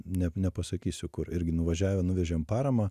nep nepasakysiu kur irgi nuvažiavę nuvežėm paramą